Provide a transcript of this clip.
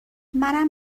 منم